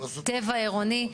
טבע עירוני.